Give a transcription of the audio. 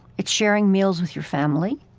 it's sharing meals with your family,